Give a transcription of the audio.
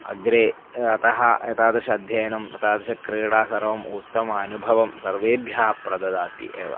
अग्रे अतः एतादृश अध्ययनं तादृशक्रीडा सर्वम् उत्तमानुभवं सर्वेभ्यः प्रददाति एव